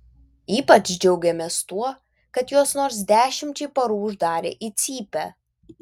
ypač džiaugėmės tuo kad juos nors dešimčiai parų uždarė į cypę